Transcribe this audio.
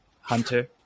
Hunter